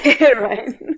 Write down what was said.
right